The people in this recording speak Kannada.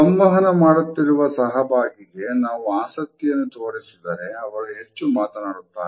ಸಂವಹನ ಮಾಡುತ್ತಿರುವ ಸಹಭಾಗಿಗೆ ನಾವು ಆಸಕ್ತಿಯನ್ನು ತೋರಿಸಿದರೆ ಅವರು ಹೆಚ್ಚು ಮಾತನಾಡುತ್ತಾರೆ